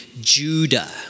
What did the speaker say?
Judah